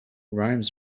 rhymes